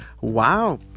wow